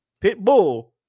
Pitbull